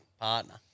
partner